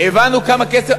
הבנו כמה כסף,